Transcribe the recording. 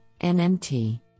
NMT